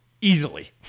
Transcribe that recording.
Easily